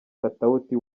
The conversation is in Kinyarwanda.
katawuti